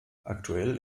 aktuell